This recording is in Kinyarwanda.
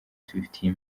tubifitiye